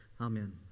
Amen